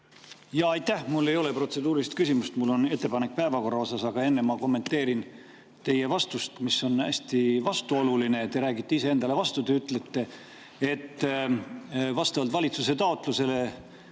Aitäh! Mul ei ole protseduurilist küsimust, mul on ettepanek päevakorra kohta. Aga enne ma kommenteerin teie vastust, mis on hästi vastuoluline, te räägite iseendale vastu. Te ütlete, et vastavalt valitsuse taotlusele